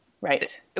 right